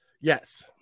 yes